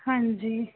ਹਾਂਜੀ